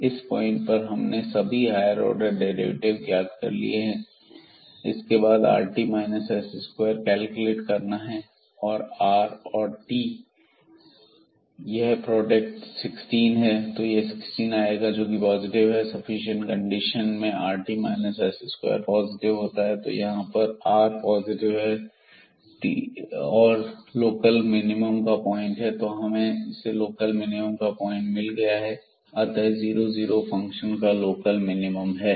इस पॉइंट पर हमने सभी हायर ऑर्डर डेरिवेटिव ज्ञात कर लिए हैं और इसके बाद हमें rt s2 कैलकुलेट करना है r और t का यह प्रोडक्ट 16 है यहां पर 16 आएगा जो कि पॉजिटिव है और सफिशिएंट कंडीशन में rt s2 पॉजिटिव होता है तो यहां पर r पॉजिटिव है और यह लोकल मिनिमम का पॉइंट है तो हमें लोकल मिनिमम का पॉइंट मिल गया है अतः 00 पर फंक्शन का लोकल मिनिमम है